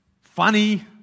funny